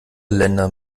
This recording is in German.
länder